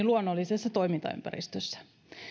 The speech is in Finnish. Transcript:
luonnollisessa toimintaympäristössä